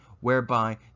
whereby